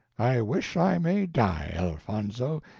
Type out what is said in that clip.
i wish i may die, elfonzo,